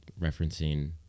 referencing